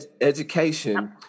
education